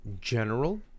general